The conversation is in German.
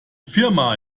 firma